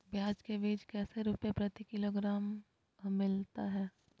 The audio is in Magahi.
प्याज के बीज कैसे रुपए प्रति किलोग्राम हमिलता हैं?